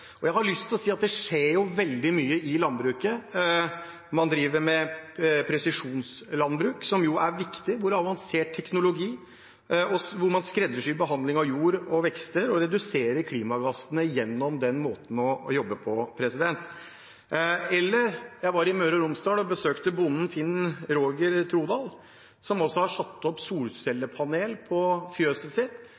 Jeg har lyst til å si at det skjer veldig mye i landbruket. Man driver med presisjonslandbruk med avansert teknologi, som er viktig, hvor man skreddersyr behandlingen av jord og vekster og reduserer klimagassene gjennom den måten å jobbe på. Jeg var i Møre og Romsdal og besøkte bonden Finn Roger Trodal, som har satt opp